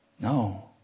No